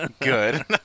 good